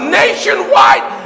nationwide